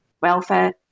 welfare